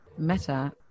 meta